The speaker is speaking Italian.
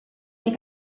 dei